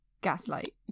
gaslight